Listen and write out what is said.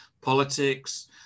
politics